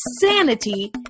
sanity